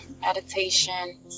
meditation